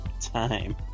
time